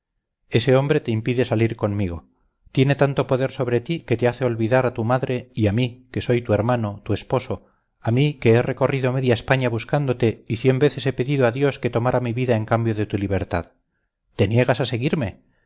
ese hombre te impide salir conmigo tiene tanto poder sobre ti que te hace olvidar a tu madre y a mí que soy tu hermano tu esposo a mí que he recorrido media españa buscándote y cien veces he pedido a dios que tomara mi vida en cambio de tu libertad te niegas a seguirme